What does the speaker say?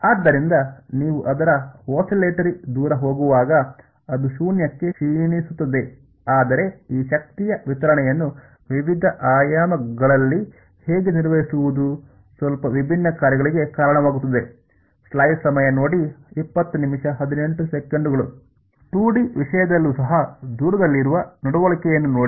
ಆದ್ದರಿಂದ ನೀವು ಅದರ ಓಶ್ಚಿಲ್ಲಟೊರಿ ದೂರ ಹೋಗುವಾಗ ಅದು ಶೂನ್ಯಕ್ಕೆ ಕ್ಷೀಣಿಸುತ್ತದೆ ಆದರೆ ಈ ಶಕ್ತಿಯ ವಿತರಣೆಯನ್ನು ವಿವಿಧ ಆಯಾಮಗಳಲ್ಲಿ ಹೇಗೆ ನಿರ್ವಹಿಸುವುದು ಸ್ವಲ್ಪ ವಿಭಿನ್ನ ಕಾರ್ಯಗಳಿಗೆ ಕಾರಣವಾಗುತ್ತದೆ 2 ಡಿ ವಿಷಯದಲ್ಲೂ ಸಹ ದೂರದಲ್ಲಿರುವ ನಡವಳಿಕೆಯನ್ನು ನೋಡಿ